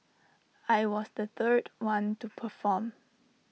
I was the third one to perform